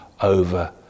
over